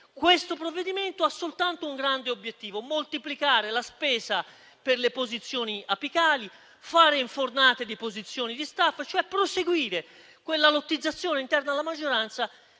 Questo provvedimento ha soltanto un grande obiettivo: moltiplicare la spesa per le posizioni apicali, fare infornate di posizioni e di *staff*, proseguire quella lottizzazione interna alla maggioranza